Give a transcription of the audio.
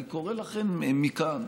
אני קורא לכן מכאן: